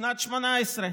בשנת 2018,